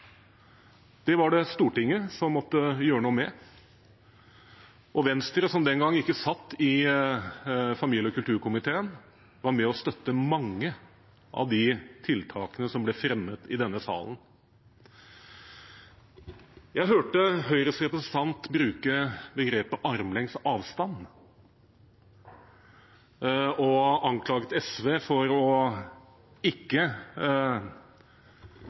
Det var det Stortinget som måtte gjøre noe med. Og Venstre, som den gang ikke satt i familie- og kulturkomiteen, var med og støttet mange av de tiltakene som ble fremmet i denne salen. Jeg hørte Høyres representant bruke begrepet «armlengdes avstand» og anklage SV for ikke å